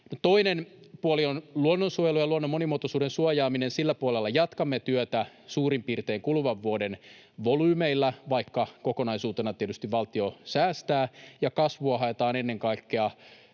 toinen puoli on luonnonsuojelu ja luonnon monimuotoisuuden suojaaminen. Sillä puolella jatkamme työtä suurin piirtein kuluvan vuoden volyymeillä, vaikka kokonaisuutena tietysti valtio säästää, ja kasvua haetaan ennen kaikkea